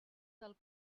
del